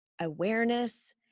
awareness